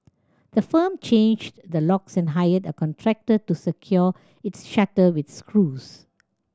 the firm changed the locks and hired a contractor to secure its shutter with screws